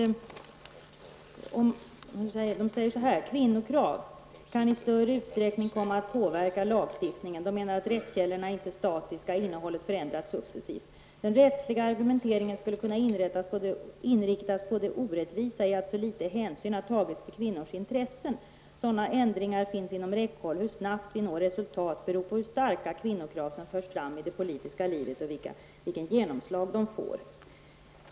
Innehållet förändras successivt. Kvinnokrav kan i större utsträckning komma att påverka lagstiftningen. Den rättsliga argumenteringen skulle kunna inriktas på det orättvisa i att så lite hänsyn har tagits till kvinnors intressen. Sådana ändringar finns inom räckhåll. Hur snabbt vi når resultat beror på hur starka kvinnokrav som förs fram i det politiska livet och vilket genomslag de får.''